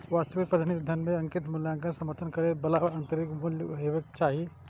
वास्तविक प्रतिनिधि धन मे अंकित मूल्यक समर्थन करै बला आंतरिक मूल्य हेबाक चाही